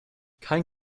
kein